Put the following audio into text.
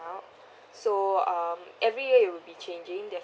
out so um everyday it will be changing de~